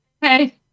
Hey